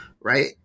right